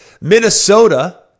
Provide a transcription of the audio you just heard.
Minnesota